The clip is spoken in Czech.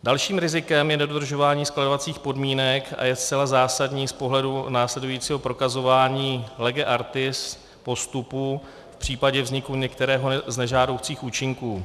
Dalším rizikem je nedodržování skladovacích podmínek a je zcela zásadní z pohledu následujícího prokazování lege artis postupu v případě vzniku některého z nežádoucích účinků.